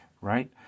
right